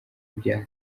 bya